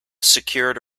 secured